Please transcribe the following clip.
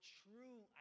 true